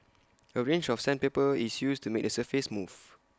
A range of sandpaper is used to make the surface smooth